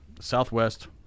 southwest